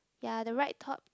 ya the right top it